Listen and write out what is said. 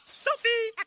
selfie.